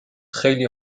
خیلی